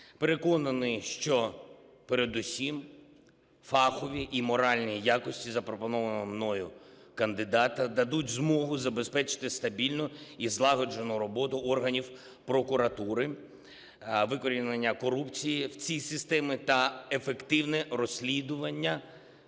Переконаний, що передусім фахові і моральні якості запропонованого мною кандидата дадуть змогу забезпечити стабільну і злагоджену роботу органів прокуратури, викорінення корупції в цій системі та ефективне розслідування